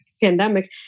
pandemic